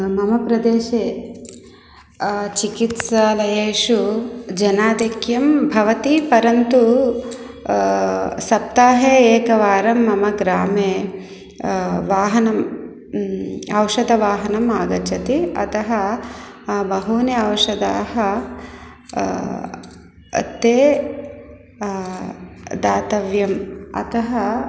मम प्रदेशे चिकित्सालयेषु जनाधिक्यं भवति परन्तु सप्ताहे एकवारं मम ग्रामे वाहनम् औषधवाहनम् आगच्छति अतः बहूनि औषधानि तैः दातव्यानि अतः